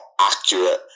accurate